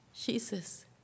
Jesus